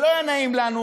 זה לא היה נעים לנו,